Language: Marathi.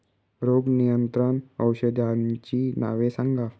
रोग नियंत्रण औषधांची नावे सांगा?